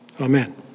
Amen